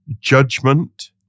judgment